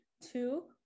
two